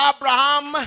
Abraham